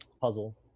puzzle